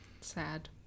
Sad